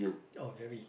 oh very